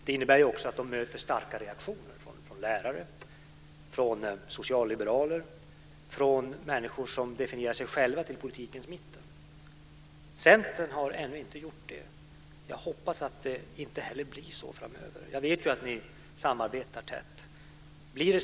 Det innebär också att de möter starka reaktioner från lärare, från socialliberaler, från människor som definierar sig själva som tillhörande politikens mitt. Centern har ännu inte gjort det. Jag hoppas att det inte heller blir så framöver. Jag vet att ni samarbetar tätt.